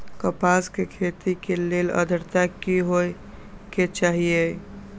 कपास के खेती के लेल अद्रता की होए के चहिऐई?